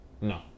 No